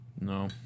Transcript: No